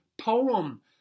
poem